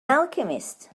alchemist